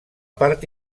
part